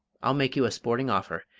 i'll make you a sporting offer.